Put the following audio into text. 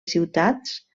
ciutats